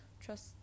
trust